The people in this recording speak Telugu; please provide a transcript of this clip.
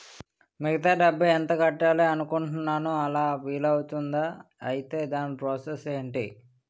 మిగతా డబ్బు మొత్తం ఎంత కట్టాలి అనుకుంటున్నాను అలా వీలు అవ్తుంధా? ఐటీ దాని ప్రాసెస్ ఎంటి?